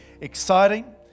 exciting